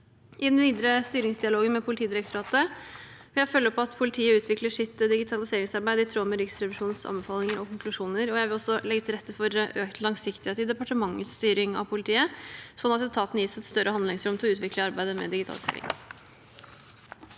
I den videre styringsdialogen med Politidirektoratet vil jeg følge opp at politiet utvikler sitt digitaliseringsarbeid i tråd med Riksrevisjonens anbefalinger og konklusjoner. Jeg vil også legge til rette for økt langsiktighet i departementets styring av politiet, sånn at etaten gis et større handlingsrom til å utvikle arbeidet med digitalisering.